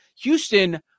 Houston